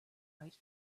write